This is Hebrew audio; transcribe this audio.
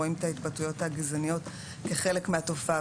רואים את ההתבטאויות הגזעניות כחלק מהתופעה.